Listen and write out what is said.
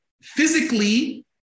physically